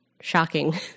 shocking